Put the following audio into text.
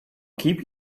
keep